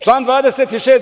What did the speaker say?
Član 26.